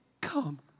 Come